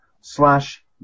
slash